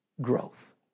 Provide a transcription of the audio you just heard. growth